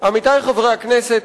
עמיתי חברי הכנסת,